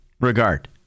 regard